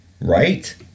right